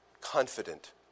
confident